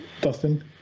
Dustin